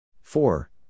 four